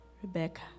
Rebecca